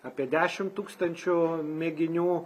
apie dešim tūkstančių mėginių